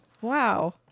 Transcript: Wow